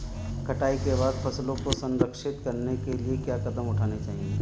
कटाई के बाद फसलों को संरक्षित करने के लिए क्या कदम उठाने चाहिए?